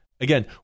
again